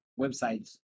websites